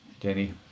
Danny